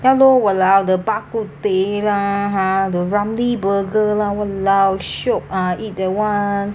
ya lor !walao! the bak kut teh lah ha the ramly burger lah !walao! shiok ah eat that one